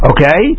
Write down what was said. Okay